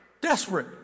desperate